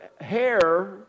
hair